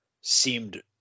seemed